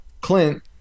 Clint